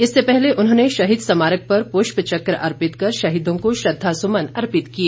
इससे पहले उन्होंने शहीद स्मारक पर पुष्प चक्र अर्पित कर शहीदों को श्रद्धासुमन अर्पित किए